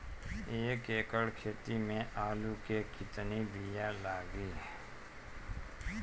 एक एकड़ खेती में आलू के कितनी विया लागी?